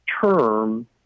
term